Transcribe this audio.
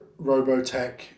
Robotech